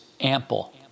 ample